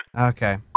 Okay